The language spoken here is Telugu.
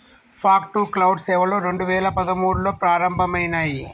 ఫాగ్ టు క్లౌడ్ సేవలు రెండు వేల పదమూడులో ప్రారంభమయినాయి